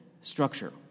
structure